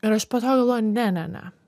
ir aš po to galvoju ne ne ne